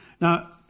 Now